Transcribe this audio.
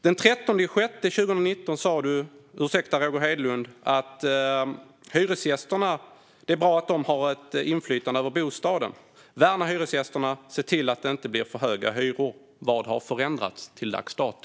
Den 13 juni 2019 sa Roger Hedlund att det är bra att hyresgästerna har ett inflytande över bostaden. Han talade om att värna hyresgästerna och se till att det inte blir för höga hyror. Vad har förändrats till dags dato?